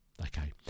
Okay